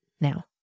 now